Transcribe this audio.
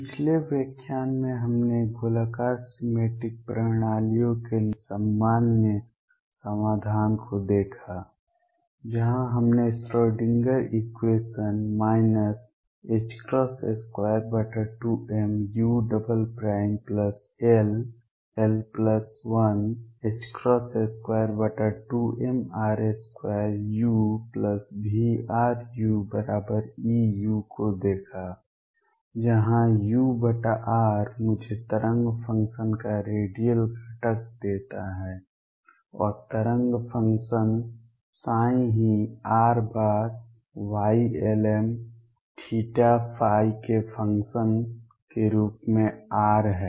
पिछले व्याख्यान में हमने गोलाकार सिमेट्रिक प्रणालियों के सामान्य समाधान को देखा जहां हमने श्रोडिंगर इक्वेशन 22mull122mr2uVruEu को देखा जहां ur मुझे तरंग फंक्शन का रेडियल घटक देता है और तरंग फंक्शन ψ ही r बार Ylmθϕ के फंक्शन के रूप में R है